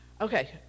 Okay